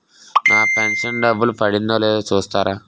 నా pension డబ్బులు పడిందో లేదో చూస్తారా?